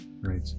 great